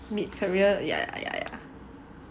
mid career ya ya ya ya